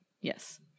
Yes